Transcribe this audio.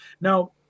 Now